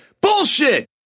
Bullshit